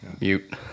mute